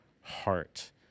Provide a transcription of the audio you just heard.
heart